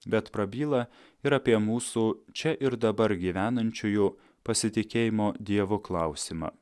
bet prabyla ir apie mūsų čia ir dabar gyvenančiųjų pasitikėjimo dievu klausimą